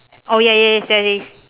oh ya ya ya there is